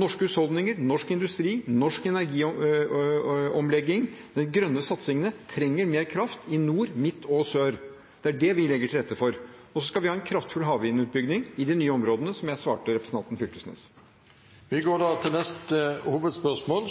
Norske husholdninger, norsk industri, norsk energiomlegging og de grønne satsingene trenger mer kraft i nord, midt og sør. Det er det vi legger til rette for. Og så skal vi ha en kraftfull havvindutbygging i de nye områdene, slik jeg svarte representanten Fylkesnes. Vi går til neste hovedspørsmål.